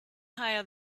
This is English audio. higher